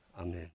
amen